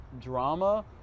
drama